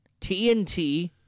TNT